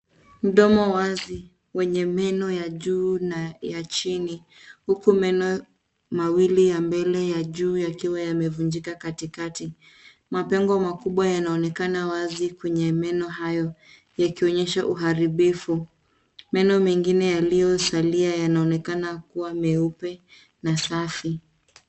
Mdomo wazi wenye meno ya juu na ya chini ,huku meno mawili ya mbele ya juu yakiwa yamevunjika katikati. Mapengo makubwa yanaonekana wazi ,kwenye meno hayo yakionyesha uharibifu. Meno mengine yaliosalia yanaonekana kuwa meupe na safi.